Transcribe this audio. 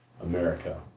America